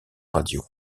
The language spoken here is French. radio